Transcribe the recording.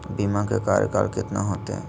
बीमा के कार्यकाल कितना होते?